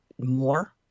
more